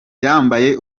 yambaye